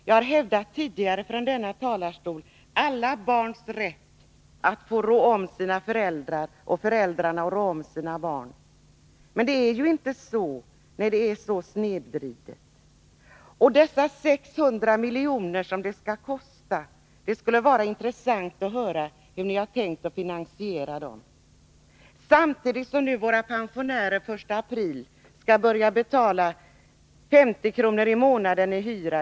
Jag har tidigare från denna talarstol hävdat alla barns rätt att få rå om sina föräldrar och föräldrarnas rätt att rå om sina barn. Men det är inte på det sättet, utan det är snedvridet. De 600 miljoner som ert förslag skulle kosta skulle det vara intressant att höra hur ni har tänkt finansiera. Samtidigt skall våra pensionärer den 1 april börja betala minst 50 kr. i månaden i hyra.